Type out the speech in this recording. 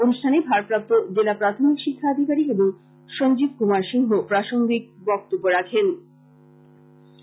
অনুষ্ঠানে ভারপ্রাপ্ত জেলা প্রাথমিক শিক্ষা আধিকারীক এবং সঞ্জীব কুমার সিংহ প্রাসঙ্গিক বক্তব্য রাখেন